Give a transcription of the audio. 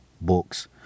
books